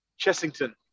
Chessington